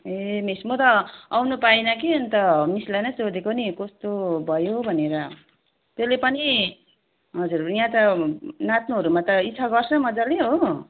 ए miss म त आउनु पाइनँ कि अन्त मिसलाई ने सोधेको नि कस्तो भयो भनेर त्यसले पनि हजुर यहाँ त नाच्नुहरूमा त इच्छा गर्छ मज्जाले हो